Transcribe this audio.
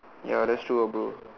ya that's true ah bro